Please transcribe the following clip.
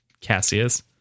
cassius